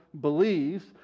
believes